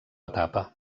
etapa